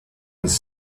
was